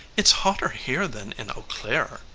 it's hotter here than in eau claire,